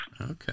Okay